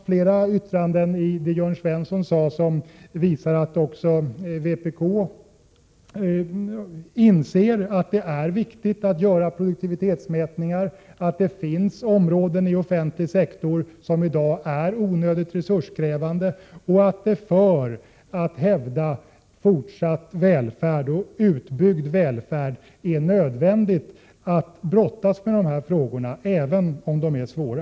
Flera av Jörn Svenssons uttalanden visar att också vpk inser att det är viktigt att göra produktivitetsmätningar, att det finns områden i den offentliga sektorn som i dag är onödigt resurskrävande och att det för att hävda fortsatt och utbyggd välfärd är nödvändigt att brottas med dessa frågor, även om de är svåra.